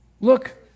Look